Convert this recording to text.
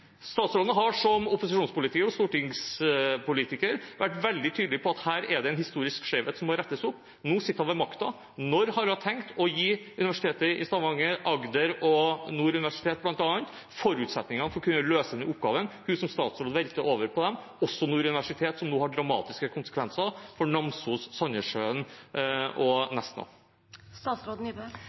Statsråden har som opposisjonspolitiker og stortingspolitiker vært veldig tydelig på at her er det en historisk skjevhet som må rettes opp. Nå sitter hun med makten. Når har hun tenkt å gi Universitet i Stavanger, Universitetet i Agder og Nord universitet, bl.a., forutsetninger for å kunne løse den oppgaven hun som statsråd velter over på dem – og som for Nord universitet har dramatiske konsekvenser for Namsos, Sandnessjøen og